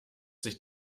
sich